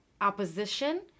opposition